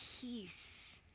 peace